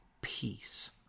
peace